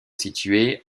situé